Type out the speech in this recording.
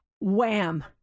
Wham